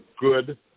good